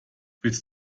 willst